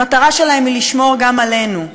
המטרה שלהם היא לשמור גם עלינו.